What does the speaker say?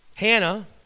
Hannah